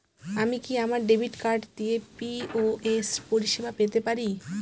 আমি কি আমার ডেবিট কার্ড দিয়ে পি.ও.এস পরিষেবা পেতে পারি?